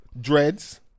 Dreads